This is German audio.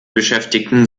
beschäftigten